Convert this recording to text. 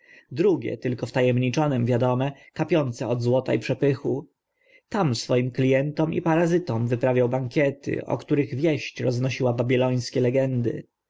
drugie tylko wta emniczonym wiadome kapiące od złota i przepychu tam swoim klientom i parasytom wyprawiał bankiety o których wieść roznosiła babilońskie legendy